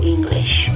English